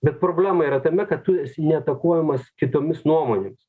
bet problema yra tame kad tu esi ne atakuojamas kitomis nuomonėmis